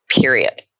period